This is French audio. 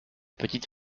petite